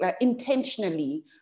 intentionally